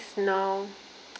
now